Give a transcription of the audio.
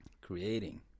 creating